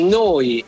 noi